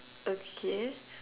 okay